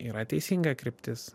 yra teisinga kryptis